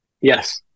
Yes